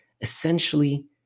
Essentially